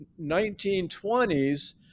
1920s